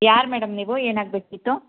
ಯಾರು ಮೇಡಮ್ ನೀವು ಏನಾಗಬೇಕಿತ್ತು